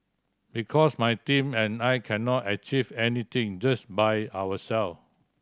because my team and I cannot achieve anything just by ourselves